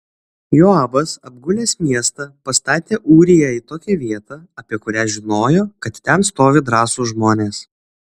joabas apgulęs miestą pastatė ūriją į tokią vietą apie kurią žinojo kad ten stovi drąsūs žmonės